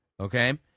Okay